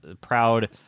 proud